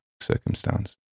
circumstance